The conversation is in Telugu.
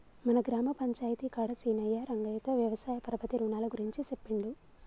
మన గ్రామ పంచాయితీ కాడ సీనయ్యా రంగయ్యతో వ్యవసాయ పరపతి రునాల గురించి సెప్పిండు